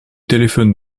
téléphone